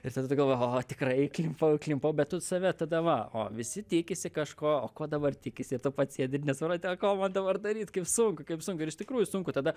ir tada tu galvoji oho tikrai įklimpau įklimpau bet tu save tada va o visi tikisi kažko ko dabar tikisi tu pats sėdi ir nesupranti o ko man dabar daryt kaip sunku kaip sunku ir iš tikrųjų sunku tada